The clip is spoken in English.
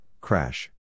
crash